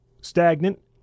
stagnant